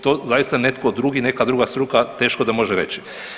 To zaista netko drugi, neka druga struka teško da može reći.